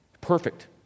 Perfect